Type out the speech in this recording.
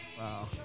Wow